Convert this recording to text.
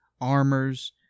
armors